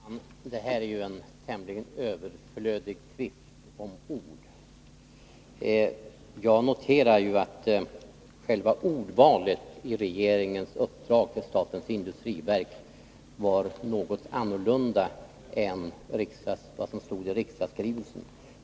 Fru talman! Det här är en tämligen överflödig tvist om ord. Jag noterar att själva ordvalet i regeringens uppdrag till statens industriverk var något annorlunda än det som stod i riksdagsskrivelsen.